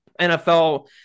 nfl